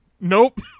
Nope